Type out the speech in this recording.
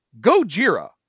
Gojira